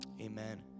Amen